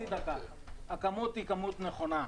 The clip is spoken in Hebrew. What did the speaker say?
הכמות היא כמות נכונה.